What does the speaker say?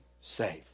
safe